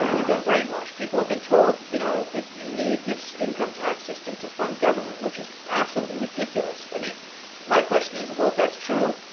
we've been brainwashed people have been told you know that you need income tax system to fund government which is absolutely ridiculous, i mean my question is well if that's true?